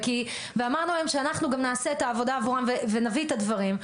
וכי אמרנו להם שאנחנו גם נעשה את העבודה עבורם ונביא את הדברים.